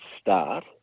start